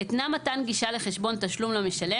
התנה מתן גישה לחשבון תשלום למשלם